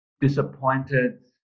disappointed